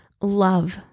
love